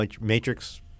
matrix